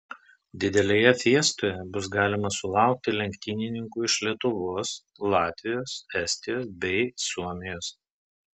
didelėje fiestoje bus galima sulaukti lenktynininkų iš lietuvos latvijos estijos bei suomijos